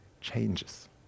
changes